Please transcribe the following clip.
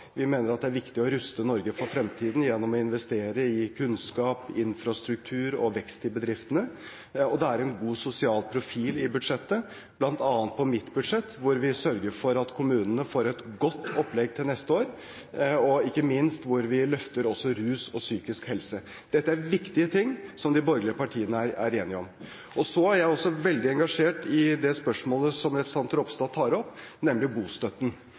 Vi mener det er viktig å ruste Norge for fremtiden gjennom å investere i kunnskap, infrastruktur og vekst i bedriftene. Det er en god sosial profil i budsjettet, bl.a. i mitt budsjett, der vi sørger for at kommunen får et godt opplegg til neste år, og hvor vi ikke minst løfter områdene rus og psykisk helse. Dette er viktige ting som de borgerlige partiene er enige om. Jeg er også veldig engasjert i spørsmålet som representanten Ropstad tar opp, nemlig bostøtten.